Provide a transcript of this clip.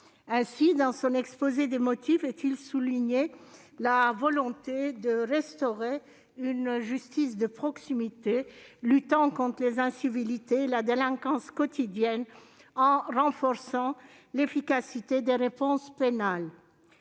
Ainsi, dans son exposé des motifs est-il souligné la volonté de restaurer une justice de proximité luttant contre les incivilités et la délinquance quotidienne, en renforçant l'efficacité des réponses pénales.